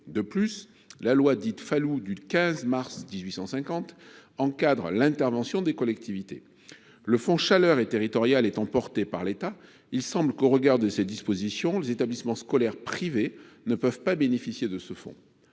En outre, la loi dite Falloux du 15 mars 1850 encadre l’intervention des collectivités. Le fonds chaleur territorial étant porté par l’État, il semble que, au regard de ces dispositions, les établissements scolaires privés ne peuvent pas en bénéficier. Pouvez vous,